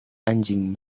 anjing